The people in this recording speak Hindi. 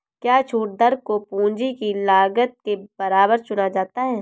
क्या छूट दर को पूंजी की लागत के बराबर चुना जाता है?